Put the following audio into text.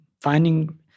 finding